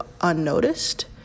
unnoticed